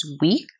weak